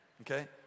okay